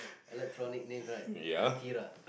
electronic name right Akira